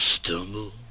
stumble